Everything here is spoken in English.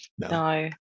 no